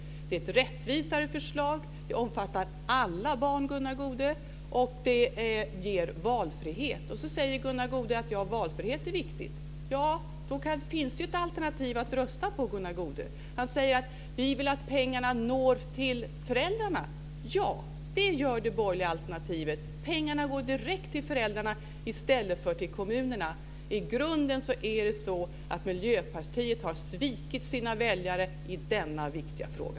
Det är ett rättvisare förslag, det omfattar alla barn, Gunnar Goude, och det ger valfrihet. Gunnar Goude säger: Ja, valfrihet är viktigt. Då finns det ju ett alternativ att rösta på, Gunnar Goude. Han säger: Vi vill att pengarna når till föräldrarna. Ja, det gör de med det borgerliga alternativet. Pengarna går direkt till föräldrarna i stället för till kommunerna. I grunden är det så att Miljöpartiet har svikit sina väljare i denna viktiga fråga.